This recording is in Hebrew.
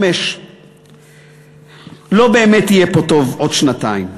5. לא באמת יהיה פה טוב עוד שנתיים,